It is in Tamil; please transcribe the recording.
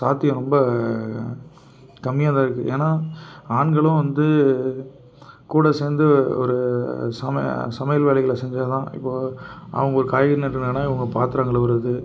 சாத்தியம் ரொம்ப கம்மியாகதான் இருக்கு ஏன்னா ஆண்களும் வந்து கூட சேர்ந்து ஒரு சம சமையல் வேலைகளை செஞ்சால் தான் இப்போ அவங்க காய்கறி நறுக்குனாங்கன்னா இவங்க பாத்திரம் கழுவுறது